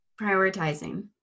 prioritizing